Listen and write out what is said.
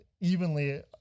evenly